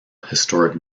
historic